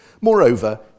Moreover